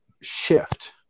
shift